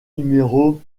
numéro